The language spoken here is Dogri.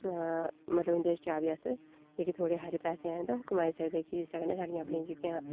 मतलब उं'दे चा बी अस जेह्के थोह्ड़े हारे पैसे हैन ओह् कमाई सकदे कि इसदे कन्नै साढ़िया अपनिया जेह्कियां